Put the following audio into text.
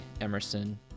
Emerson